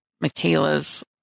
Michaela's